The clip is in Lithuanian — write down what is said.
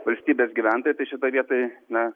valstybės gyventojai tai šitoj vietoj na